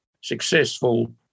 successful